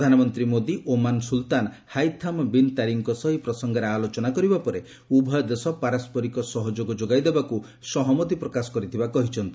ପ୍ରଧାନମନ୍ତ୍ରୀ ମୋଦୀ ଓମାନ ସୁଲତାନ Haitham bin ତାରିକଙ୍କ ସହ ଏହି ପ୍ରସଙ୍ଗରେ ଆଲୋଚନା କରିବା ପରେ ଉଭୟ ଦେଶ ପାରସ୍କରିକ ସହଯୋଗ ଯୋଗାଇ ଦେବାକୁ ସହମତି ପ୍ରକାଶ କରିଥିବା କହିଛନ୍ତି